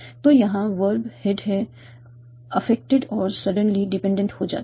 तो यहाँ verb head है अफेक्टेड और सडनली डिपेंडेंट हो जाता है